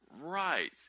right